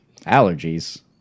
Allergies